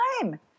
time